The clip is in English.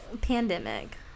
pandemic